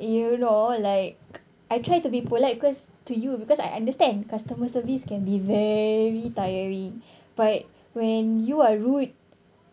you know like I try to be polite cause to you because I understand customer service can be very tiring but when you are rude